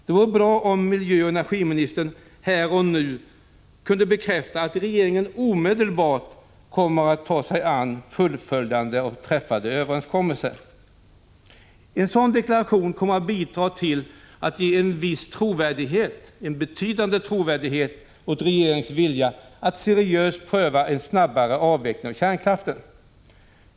Det vore bra om miljöoch energiministern här och nu kunde bekräfta att regeringen omedelbart kommer att ta sig an fullföljandet av träffade överenskommelser. En sådan deklaration skulle bidra till att ge en betydande trovärdighet åt regeringens vilja att seriöst pröva en snabbare avveckling av kärnkraften.